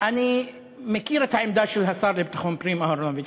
אני מכיר את העמדה של השר לביטחון פנים אהרונוביץ,